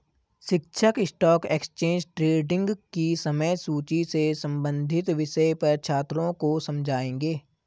शिक्षक stock exchange trading की समय सूची से संबंधित विषय पर छात्रों को समझाएँगे